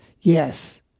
yes